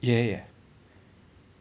ya ya ya